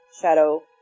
Shadow